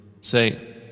Say